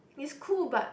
it's cool but